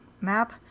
map